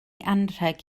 anrheg